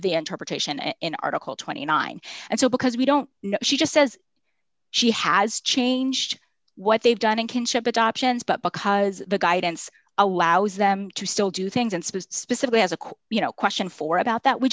the interpretation and in article twenty nine and so because we don't know she just says she has changed what they've done in kinship adoptions but because the guidance allows them to still do things and supposed specifically as a you know question for about that we